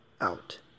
out